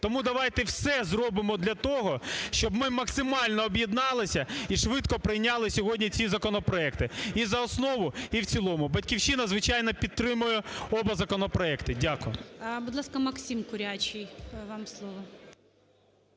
Тому давайте все зробимо для того, щоб ми максимально об'єдналися і швидко прийняли сьогодні ці законопроекти і за основу, і в цілому. "Батьківщина", звичайно, підтримує обидва законопроекти. Дякую. ГОЛОВУЮЧИЙ. Будь ласка, Максим Курячий, вам слово.